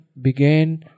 began